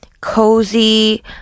cozy